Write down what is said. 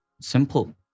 simple